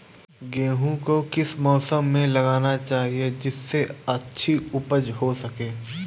गेहूँ को किस मौसम में लगाना चाहिए जिससे अच्छी उपज हो सके?